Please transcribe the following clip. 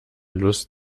lust